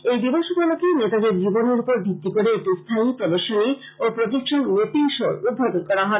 এই দিবস উপলক্ষে নেতাজীর জীবনের উপর ভিত্তি করে একটি স্থায়ী প্রদর্শনী ও প্রোজেকশন ম্যাপিং শোর উদ্বোধন করা হবে